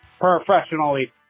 professionally